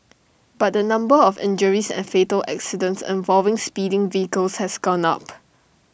but the number of injuries and fatal accidents involving speeding vehicles has gone up